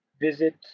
visit